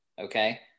okay